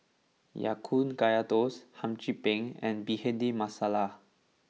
Ya Kun Kaya Toast Hum Chim Peng and Bhindi Masala